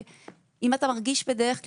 בדרך כלל,